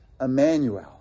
Emmanuel